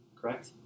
Correct